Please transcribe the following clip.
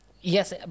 Yes